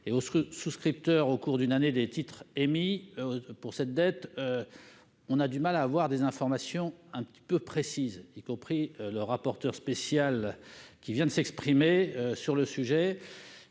et aux souscripteurs au cours d'une année des titres émis, on a du mal à obtenir des informations précises, y compris le rapporteur spécial, qui vient de s'exprimer sur le sujet.